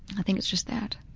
i think it's just that.